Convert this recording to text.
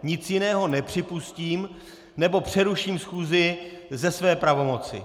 Nic jiného nepřipustím, nebo přeruším schůzi ze své pravomoci.